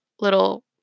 little